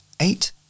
eight